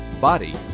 body